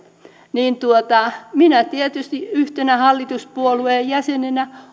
niin minä tietysti yhtenä hallituspuolueen jäsenenä